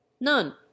none